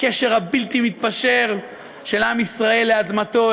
לקשר הבלתי מתפשר של עם ישראל לאדמתו,